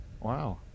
Wow